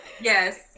Yes